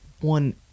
one